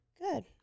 Good